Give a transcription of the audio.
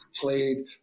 played